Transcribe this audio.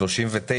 מספר 39